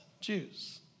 Jews